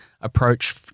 approach